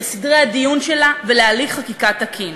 לסדרי הדיון שלה ולהליך חקיקה תקין.